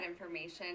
information